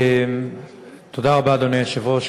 תודה רבה, אדוני היושב-ראש.